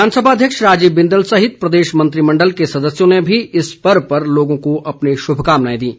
विधानसभा अध्यक्ष राजीव बिंदल सहित प्रदेश मंत्रिमण्डल के सदस्यों ने भी इस पर्व पर लोगों को अपनी शुभकामनाएं दी हैं